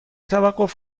توقف